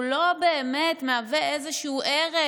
הוא לא באמת מהווה איזשהו ערך